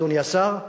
אדוני השר,